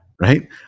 Right